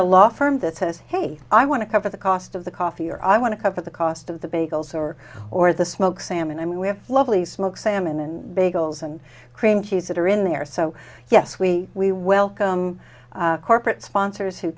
a law firm that says hey i want to cover the cost of the coffee or i want to cover the cost of the bagels or or the smoked salmon i mean we have lovely smoked salmon and bagels and cream cheese that are in there so yes we we welcome corporate sponsors who